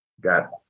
Got